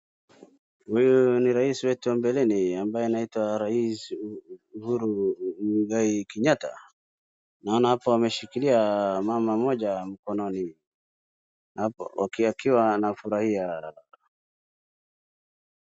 Huyu ni rais wetu wa mbeleni ambaye anaitwa Rais Uhuru Muigai Kenyatta, naona hapo ameshikilia mama mmoja mkononi, na hapo wakiwa amefurahia.